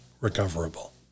recoverable